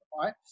right